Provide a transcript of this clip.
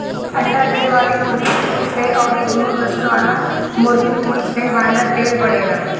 अंडा देवे वाली मुर्गीन कुल से अउरी दुनु नसल वाला मुर्गिन कुल से बायलर तेज बढ़ेला